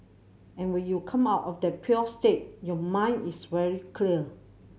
and when you come out of the pure state your mind is very clear